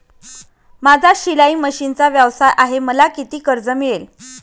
माझा शिलाई मशिनचा व्यवसाय आहे मला किती कर्ज मिळेल?